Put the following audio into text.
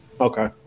Okay